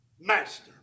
master